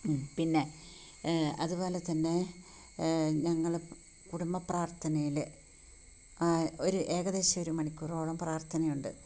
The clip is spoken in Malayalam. പിന്നെ അതുപോലതന്നെ ഞങ്ങള് കുടുംബപ്രാർത്ഥനയിൽ ഒര് ഏകദേശം ഒരു മണിക്കൂറോളം പ്രാർഥനയുണ്ട്